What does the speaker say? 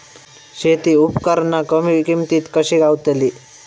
शेती उपकरणा कमी किमतीत कशी गावतली?